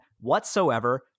whatsoever